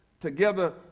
together